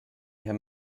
him